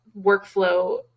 workflow